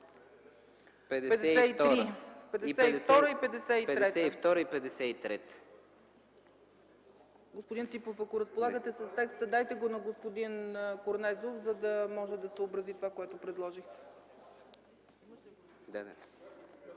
52 и 53. Господин Ципов, ако разполагате с текста, дайте го на господин Корнезов, за да може да съобрази това, което предложихте.